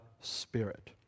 Spirit